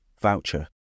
voucher